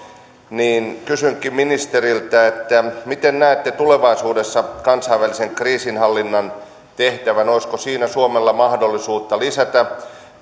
niin kysynkin ministeriltä miten näette tulevaisuudessa kansainvälisen kriisinhallinnan tehtävän olisiko suomella mahdollisuutta lisätä